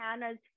Hannah's